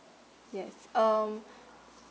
yes um